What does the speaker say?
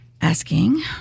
asking